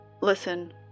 Listen